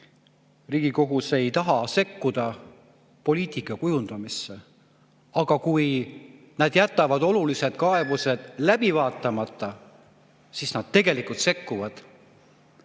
Riigikohus ei taha sekkuda poliitika kujundamisse. Aga kui nad jätavad olulised kaebused läbi vaatamata, siis nad tegelikult sekkuvad,